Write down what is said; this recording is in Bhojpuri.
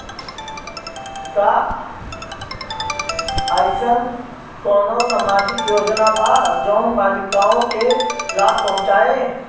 का अइसन कोनो सामाजिक योजना बा जोन बालिकाओं को लाभ पहुँचाए?